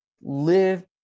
live